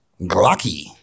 Glocky